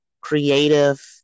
creative